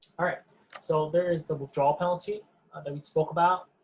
all right so there is the withdrawal penalty that we spoke about.